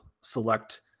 select